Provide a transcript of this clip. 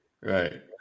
right